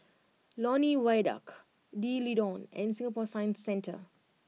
Lornie Viaduct D'Leedon and Singapore Science Centre